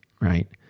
right